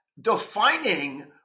defining